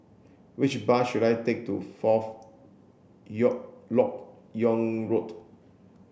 which bus should I take to Fourth Lok Yang Road